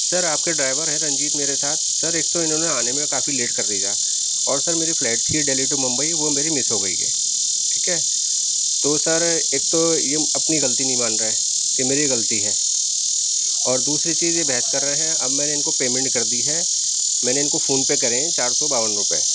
سر آپ کے ڈرائیور ہیں رنجیت میرے ساتھ سر ایک تو انہوں نے آنے میں کافی لیٹ کر دیا اور سر میری فلائٹ تھی دہلی ٹو ممبئی وہ میری مس ہو گئی ہے ٹھیک ہے تو سر ایک تو یہ اپنی غلطی نہیں مان رہے کہ میری غلطی ہے اور دوسری چیز یہ بحث کر رہے ہیں اب میں نے ان کو پیمنٹ کر دی ہے میں نے ان کو فون پے کرے ہیں چار سو باون روپئے